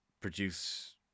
produce